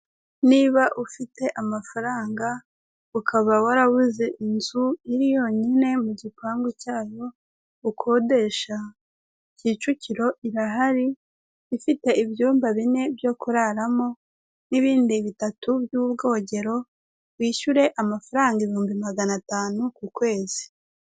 Niba ufite amafaranga ukaba warabuze inzu iri yonyine mu gipangu cyayo ukodesha Kicukiro irahari ifite ibyumba bine byo kuraramo n'ibindi bitatu by'ubwogero wishyure amafaranga ibihumbi magana atanu ku kwezi.